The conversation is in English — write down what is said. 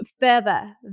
further